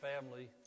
family